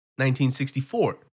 1964